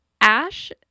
Ash